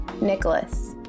Nicholas